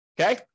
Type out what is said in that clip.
Okay